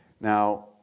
Now